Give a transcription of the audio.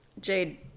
Jade